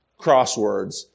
crosswords